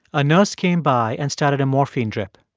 a nurse came by and started a morphine drip.